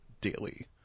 daily